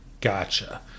Gotcha